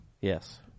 Yes